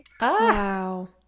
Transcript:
Wow